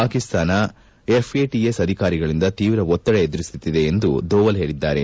Pakistan FATF ಅಧಿಕಾರಿಗಳಿಂದ ತೀವ್ರ ಒತ್ತಡ ಎದುರಿಸುತ್ತಿದೆ ಎಂದು ಧೋವಲ್ ಹೇಳಿದ್ದಾರೆ